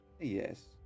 Yes